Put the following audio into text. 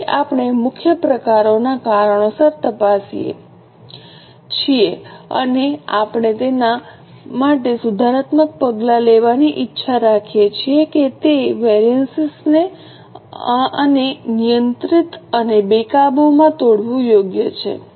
તેથી આપણે મુખ્ય પ્રકારોના કારણોસર તપાસ કરીએ છીએ અને આપણે તેના માટે સુધારણાત્મક પગલાં લેવાની ઇચ્છા રાખીએ છીએ કે તે વેરિયન્સેસને અને નિયંત્રિત અને બેકાબૂ માં તોડવું યોગ્ય છે